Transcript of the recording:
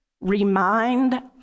remind